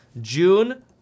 June